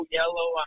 yellow